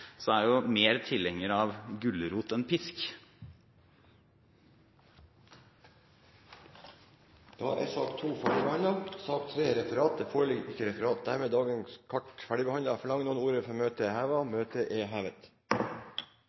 er jeg mer tilhenger av gulrot enn av pisk. Sak nr. 2 er dermed ferdigbehandlet. Det foreligger ikke noe referat. Dermed er dagens kart ferdigbehandlet. Forlanger noen ordet før møtet heves? – Møtet er hevet.